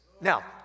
Now